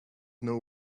know